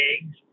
eggs